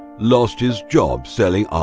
lost his job selling